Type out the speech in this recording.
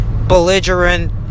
Belligerent